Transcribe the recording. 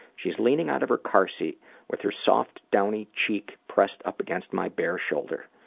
she's leaning out of her car seat with her soft, downy cheek pressed up against my bare shoulder.